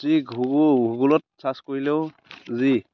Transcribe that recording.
যি গুগলত চাৰ্চ কৰিলেও যি